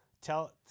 Tell